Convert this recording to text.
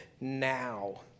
now